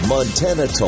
Montana